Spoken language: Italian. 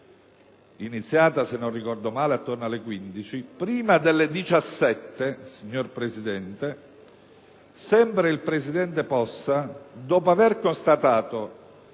iniziata se non ricordo male, attorno alle 15, prima delle ore 17, sempre il Presidente Possa, dopo aver constatato